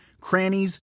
crannies